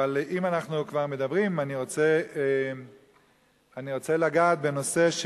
אבל אם אנחנו כבר מדברים, אני רוצה לגעת בנושא.